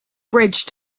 bridge